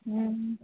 हुँ